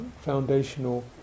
foundational